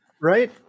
Right